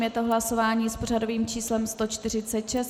Je to hlasování s pořadovým číslem 146.